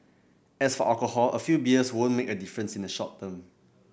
as for alcohol a few beers won't make a difference in the short term